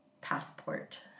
passport